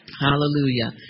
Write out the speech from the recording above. Hallelujah